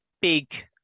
big